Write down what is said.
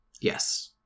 Yes